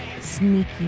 sneaky